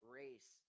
race